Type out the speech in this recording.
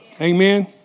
Amen